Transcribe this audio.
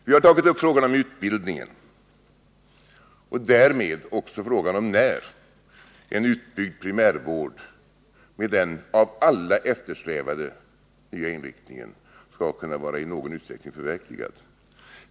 Vi har tagit upp frågan om utbildningen och därmed också frågan om när en utbyggd primärvård med den av alla eftersträvade nya inriktningen skall kunna vara i någon utsträckning förverkligad.